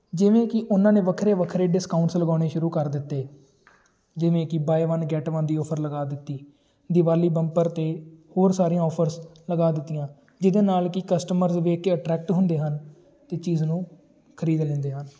ਜਿਵੇਂ ਕਿ ਉਨ੍ਹਾਂ ਨੇ ਵੱਖਰੇ ਵੱਖਰੇ ਡਿਸਕਾਊਂਟਸ ਲਗਾਉਣੇ ਸ਼ੁਰੂ ਕਰ ਦਿੱਤੇ ਜਿਵੇਂ ਕਿ ਬਾਏ ਵਨ ਗੈੱਟ ਵਨ ਦੀ ਔਫ਼ਰ ਲਗਾ ਦਿੱਤੀ ਦੀਵਾਲੀ ਬੰਪਰ ਅਤੇ ਹੋਰ ਸਾਰੀਆਂ ਔਫ਼ਰਸ ਲਗਾ ਦਿੱਤੀਆਂ ਜਿਹਦੇ ਨਾਲ ਕਿ ਕਸਟਮਰਸ ਵੇਖ ਕੇ ਐਟ੍ਰੈਕਟ ਹੁੰਦੇ ਹਨ ਅਤੇ ਚੀਜ਼ ਨੂੰ ਖ਼ਰੀਦ ਲੈਂਦੇ ਹਨ